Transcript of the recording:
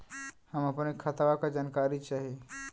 हम अपने खतवा क जानकारी चाही?